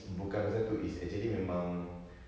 bukan pasal tu it's actually memang